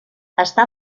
està